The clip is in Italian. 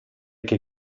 che